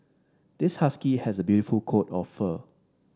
this husky has a beautiful coat of fur